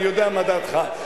אני יודע מה דעתך,